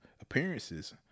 appearances